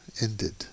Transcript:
ended